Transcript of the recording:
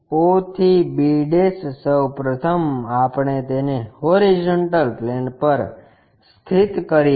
o થી b સૌ પ્રથમ આપણે તેને હોરીઝોન્ટલ પ્લેન પર સ્થિત કરીએ છીએ